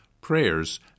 prayers